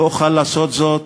לא אוכל לעשות זאת.